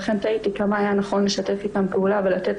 ולכן תהיתי כמה היה נכון לשתף איתם פעולה ולתת